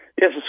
Yes